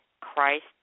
Christ